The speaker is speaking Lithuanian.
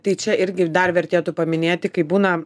tai čia irgi dar vertėtų paminėti kai būna